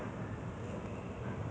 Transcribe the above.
T_V shows ah